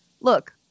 look